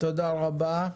תודה רבה.